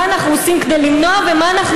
מה אנחנו עושים כדי למנוע ומה אנחנו